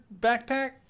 backpack